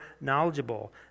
knowledgeable